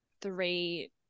three –